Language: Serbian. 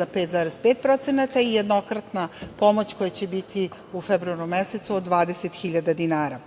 za 5,5% i jednokratna pomoć koja će biti u februaru mesecu od 20.000 dinara.